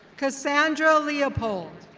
cassandra leopold.